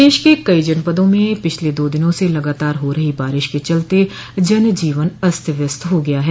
प्रदेश के कई जनपदों में पिछले दो दिनों स लगातार हो रही बारिश के चलते जनजीवन अस्त व्यस्त हो गया है